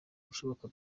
ibishoboka